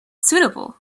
suitable